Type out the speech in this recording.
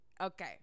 okay